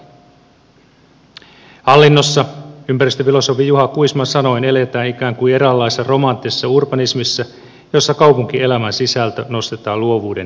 hallinnossa ympäristöfilosofi juha kuisman sanoin eletään ikään kuin eräänlaisessa romanttisessa urbanismissa jossa kaupunkielämän sisältö nostetaan luovuuden ylimmäksi lähteeksi